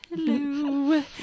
Hello